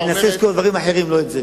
אני מנסה לזכור דברים אחרים, לא את זה.